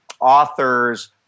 authors